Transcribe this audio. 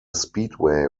speedway